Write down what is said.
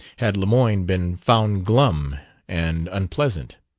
had lemoyne been found glum and unpleasant?